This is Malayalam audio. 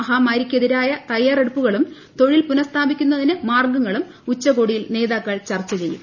മഹാമാരിക്കെതിരായ തയ്യാറെടുപ്പുകളും തൊഴിൽ പുനഃസ്ഥാപിക്കുന്നതിന് മാർഗങ്ങളും ഉച്ചകോടിയിൽ നേതാക്കൾ ചർച്ച ചെയ്യും